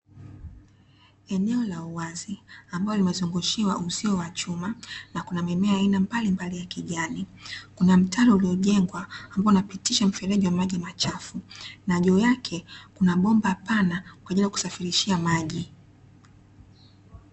Eneo la uwazi ambalo limezungushiwa uzio wa chuma na kuna mimea ya aina mbalimbali ya kijani, kuna mtaro uliojengwa ambao unapitisha mfereji wa maji machafu, na juu yake kuna bomba pana kwa ajili ya kusafirishia maji.